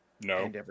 no